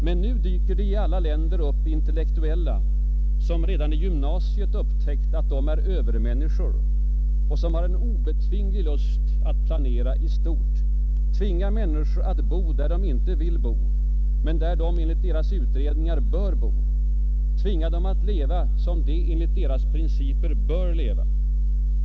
Men nu dyker det i alla länder upp intellektuella, som redan i gymnasiet upptäckt att de är övermänniskor och som har en obetvinglig lust att planera i stort, tvinga människor att bo, där de inte vill bo, men där de enligt deras uträkningar bör bo, tvinga dem att leva som de enligt deras principer bör leva.